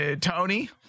Tony